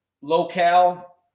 locale